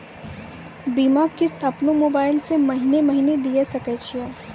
बीमा किस्त अपनो मोबाइल से महीने महीने दिए सकय छियै?